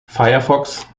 firefox